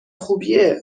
خوبیه